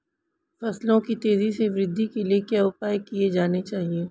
फसलों की तेज़ी से वृद्धि के लिए क्या उपाय किए जाने चाहिए?